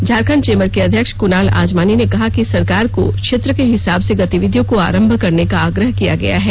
Jharkhand chamber के अध्यक्ष कुणाल आजमानी ने कहा कि सरकार को क्षेत्र के हिसाब से गतिविधियों को आरंभ करने का आग्रह किया गया है